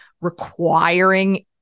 requiring